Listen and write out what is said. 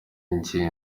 izi